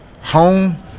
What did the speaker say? home